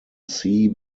sea